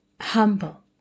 humble